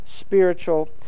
spiritual